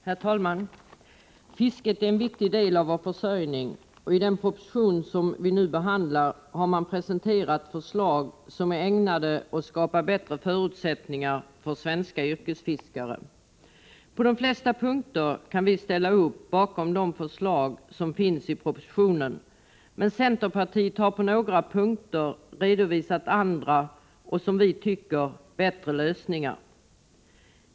Herr talman! Fisket är en viktig del av vår försörjning. I den proposition som vi nu behandlar presenteras förslag som är ägnade att skapa bättre förutsättningar för svenska yrkesfiskare. På de flesta punkter kan vi ställa oss bakom förslagen, men centerpartiet har på några punkter redovisat andra, enligt vår mening bättre lösningar.